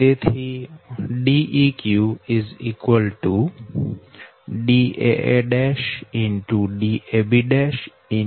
તેથી Deq Daa'